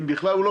אם בכלל.